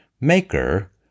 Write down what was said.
maker